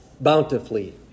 bountifully